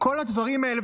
כל הדברים האלה,